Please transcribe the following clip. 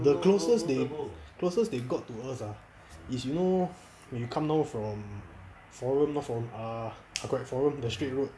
the closest they closest they got to us ah is you know when you come down from forum not forum err ah correct forum the straight road